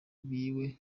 biwe